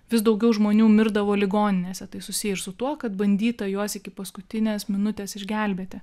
vis daugiau žmonių mirdavo ligoninėse tai susiję ir su tuo kad bandyta juos iki paskutinės minutės išgelbėti